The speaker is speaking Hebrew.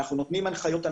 נותנים הנחיות,